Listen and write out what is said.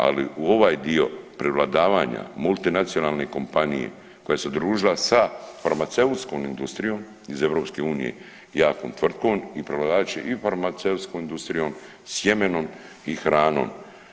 Ali u ovaj dio prevladavanja multinacionalne kompanije koja se družila sa farmaceutskom industrijom iz EU jakom tvrtkom i provlači farmaceutskom industrijom, sjemenom i hranom.